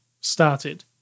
started